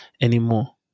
anymore